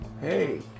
hey